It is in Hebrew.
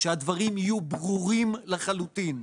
שהדברים יהיו ברורים לחלוטין,